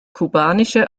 kubanische